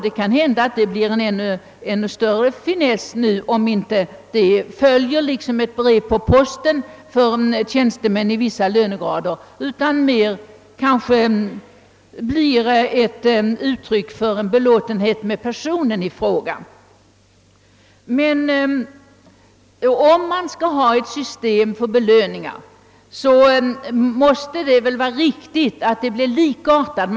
Det kanske blir ännu större finess med det hela om en orden inte följer liksom ett brev på posten för: tjänste män i vissa lönegrader, utan mera uppfattas som : ett uttryck för belåtenhe med personen i fråga. | Men om vi skall ha ett system för belöningar, måste det väl vara riktigt att det blir likartat.